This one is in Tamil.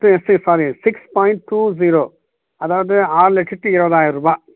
sari six point two zero அதாவது ஆறு லட்சத்து இருபதாயர்ரூபா